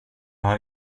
har